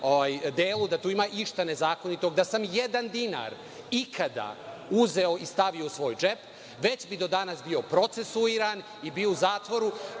delu, da tu ima išta nezakonitog, da sam jedan dinar ikada uzeo i stavio u džep, već bi do danas bio procesuiran i bio u zatvoru.